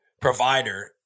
provider